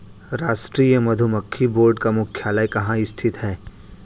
राष्ट्रीय मधुमक्खी बोर्ड का मुख्यालय कहाँ स्थित है?